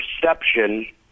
perception